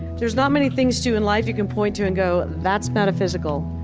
there's not many things to in life you can point to and go, that's metaphysical.